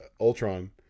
ultron